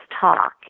talk